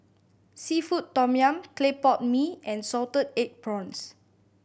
seafood tom yum clay pot mee and salted egg prawns